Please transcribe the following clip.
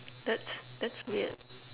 that's that's weird